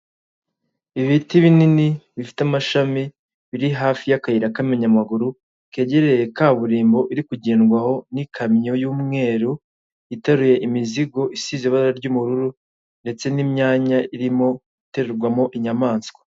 Ibiti binini bifite amashami biri hafi y'akayira k'abanyamaguru, kegereye kaburimbo iri kugendwamo n'ikamyo y'umweru, iteruye imizigo ifite isize ry'ubururu. Ndetse n'imyanya irimo iterurwamo inyamaswa.